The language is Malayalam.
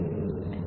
ഇത് എടുക്കുന്നു